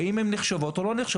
האם הן נחשבות או לא נחשבות?